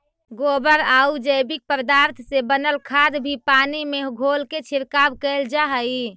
गोबरआउ जैविक पदार्थ से बनल खाद भी पानी में घोलके छिड़काव कैल जा हई